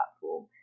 platform